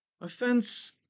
Offense